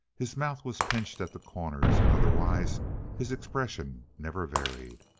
his mouth was pinched at the corners, and otherwise his expression never varied.